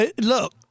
Look